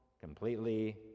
completely